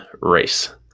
race